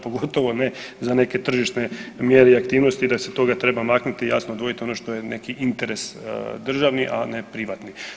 Pogotovo ne za neke tržišne mjere i aktivnosti da se toga treba maknuti jasno dvojite ono što je neki interes državni, a ne privatni.